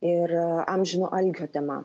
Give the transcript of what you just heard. ir amžino alkio tema